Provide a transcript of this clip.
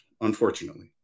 unfortunately